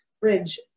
bridge